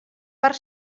per